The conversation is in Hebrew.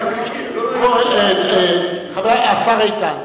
השר איתן,